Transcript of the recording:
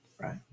right